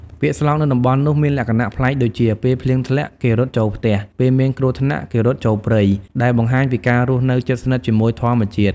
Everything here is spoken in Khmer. ពាក្យស្លោកនៅតំបន់នោះមានលក្ខណៈប្លែកដូចជា "ពេលភ្លៀងធ្លាក់ គេរត់ចូលផ្ទះ ពេលមានគ្រោះថ្នាក់ គេរត់ចូលព្រៃ" ដែលបង្ហាញពីការរស់នៅជិតស្និទ្ធជាមួយធម្មជាតិ។